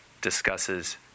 discusses